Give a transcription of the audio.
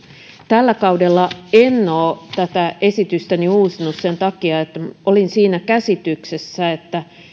tällä kaudella en ole tätä esitystäni uusinut sen takia että olin siinä käsityksessä että